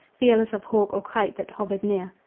fearless of hawk or kite that hovered near?